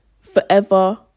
forever